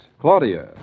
Claudia